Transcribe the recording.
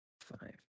Five